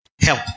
Help